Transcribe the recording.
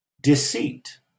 deceit